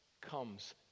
comes